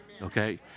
okay